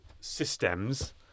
systems